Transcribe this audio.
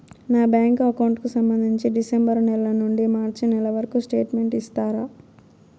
నా bank account కు సంబంధించి డిసెంబరు నెల నుండి మార్చి నెలవరకు స్టేట్మెంట్ ఇస్తారా?